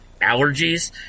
allergies